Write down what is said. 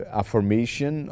affirmation